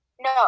No